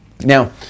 Now